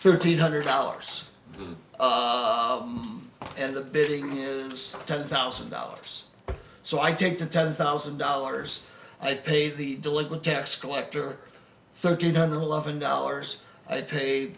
thirteen hundred dollars and the bidding is ten thousand dollars so i take the ten thousand dollars i pay the delinquent tax collector thirteen hundred eleven dollars i paid